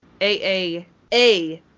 AAA